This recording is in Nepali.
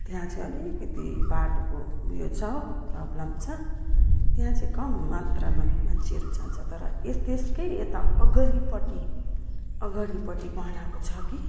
त्यहाँ चाहिँ अलिकति बाटोको उयो छ प्रब्लम छ त्यहाँ चाहिँ कम मात्रमा मान्छेहरू जान्छ तर यस त्यसकै यता अगाडिपट्टि अगाडिपट्टि बनाएको छ कि